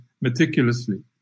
meticulously